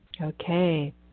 okay